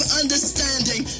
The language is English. understanding